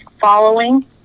following